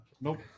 Nope